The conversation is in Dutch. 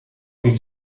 niet